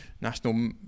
national